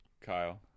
Kyle